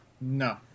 No